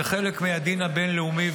זה חלק מהדין הבין-לאומי,